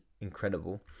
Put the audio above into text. incredible